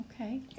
Okay